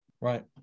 Right